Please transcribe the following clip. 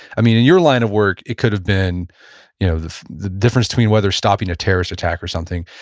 i mean, in your line of work it could have been you know the the difference between whether stopping a terrorist attack or something.